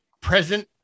present